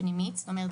זאת אומרת,